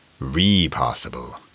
Repossible